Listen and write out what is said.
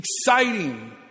exciting